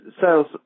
sales